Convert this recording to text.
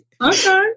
Okay